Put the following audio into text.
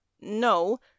No